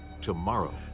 tomorrow